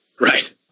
Right